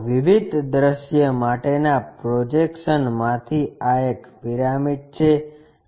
વિવિધ દૃશ્ય માટેના પ્રોજેક્શન માંથી આં એક પિરામિડ છે